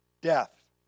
Death